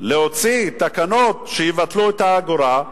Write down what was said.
להוציא תקנות שיבטלו את האגורה,